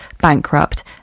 bankrupt